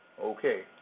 Okay